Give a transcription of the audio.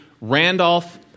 Randolph